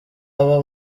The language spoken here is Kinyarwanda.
aba